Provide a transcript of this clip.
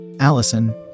Allison